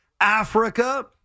Africa